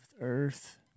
Earth